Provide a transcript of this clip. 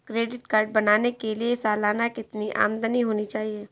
Credit card बनाने के लिए सालाना कितनी आमदनी होनी चाहिए?